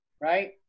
right